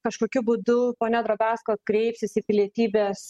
kažkokiu būdu ponia drobesko kreipsis į pilietybės